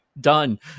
done